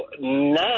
now